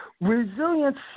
Resilience